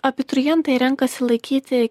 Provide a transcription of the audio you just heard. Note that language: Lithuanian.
abiturientai renkasi laikyti